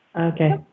Okay